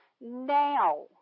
now